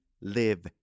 live